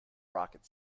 rocket